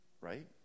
Right